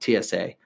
TSA